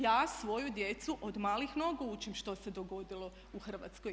Ja svoju djecu od malih nogu učim što se dogodilo u Hrvatskoj.